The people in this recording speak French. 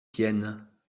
tiennes